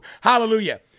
hallelujah